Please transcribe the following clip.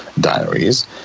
diaries